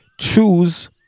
Choose